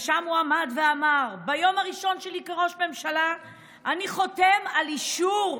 ושם הוא עמד ואמר: ביום הראשון שלי כראש ממשלה אני חותם על אישור,